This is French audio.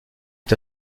est